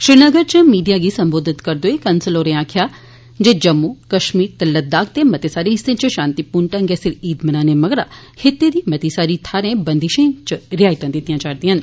श्रीनगर च मीडिया गी सम्बोधित करदे कंसल होरें आक्खेआ जे जम्मू कश्मीर ते लद्दाख दे मते सारे हिस्से च शांतिपूर्वक ढंगै सिर ईद मनाने मगरा खित्ते दी मती सारी थाहरे बंदशे च होर रियासता दितियां जारदियां न